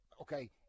okay